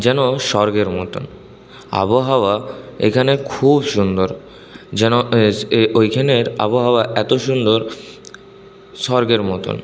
যেন স্বর্গের মতো আবহাওয়া এখানে খুব সুন্দর যেন ওইখানের আবহাওয়া এত সুন্দর স্বর্গের মতো